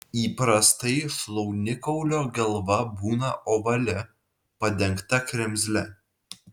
įprastai šlaunikaulio galva būna ovali padengta kremzle